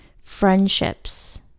friendships